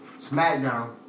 SmackDown